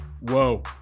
Whoa